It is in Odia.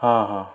ହଁ ହଁ